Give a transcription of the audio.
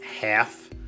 half